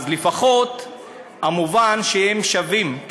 אז לפחות המובן הוא שהם שווים,